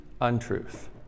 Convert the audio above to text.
untruth